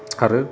आरो